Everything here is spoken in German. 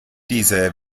diese